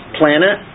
planet